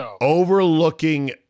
overlooking